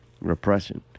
Repression